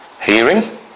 Hearing